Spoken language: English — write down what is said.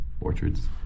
Orchards